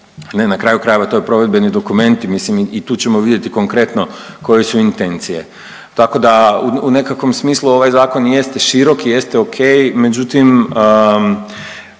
Ne na kraju krajeva to je provedbeni dokumenti mislim i tu ćemo vidjeti konkretno koje su intencije. Tako da u nekakvom smislu ovaj zakon jeste širok i jeste ok međutim